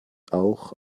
auch